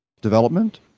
development